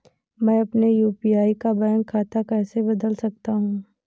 मैं अपने यू.पी.आई का बैंक खाता कैसे बदल सकता हूँ?